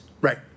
right